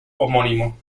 homónimo